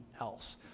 else